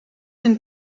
een